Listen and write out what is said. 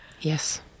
Yes